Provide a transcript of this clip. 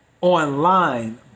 online